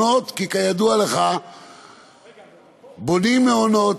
בהן מספיק מעונות, כי כידוע לך בונים מעונות,